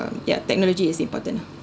um yeah technology is important